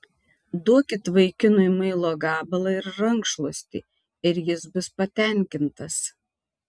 duokit vaikinui muilo gabalą ir rankšluostį ir jis bus patenkintas